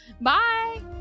bye